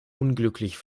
unglücklich